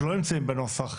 שלא נמצאות בנוסח,